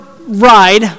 ride